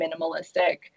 minimalistic